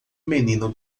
menino